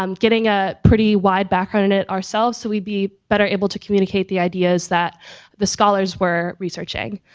um getting a pretty wide background in it ourselves. so we be better able to communicate the ideas that the scholars were researching.